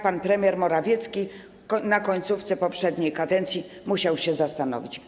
Pan premier Morawiecki w końcówce poprzedniej kadencji musiał się zastanowić.